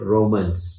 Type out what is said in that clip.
Romans